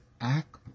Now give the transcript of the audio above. act